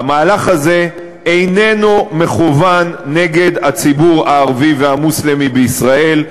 המהלך הזה איננו מכוון נגד הציבור הערבי והמוסלמי בישראל,